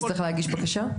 הוא יצטרך להגיש בקשה?